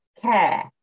care